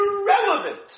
irrelevant